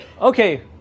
Okay